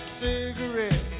cigarette